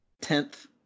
tenth